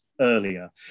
earlier